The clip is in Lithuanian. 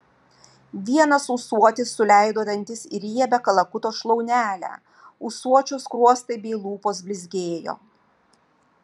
vienas ūsuotis suleido dantis į riebią kalakuto šlaunelę ūsuočio skruostai bei lūpos blizgėjo